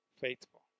faithful